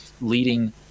leading